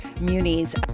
munis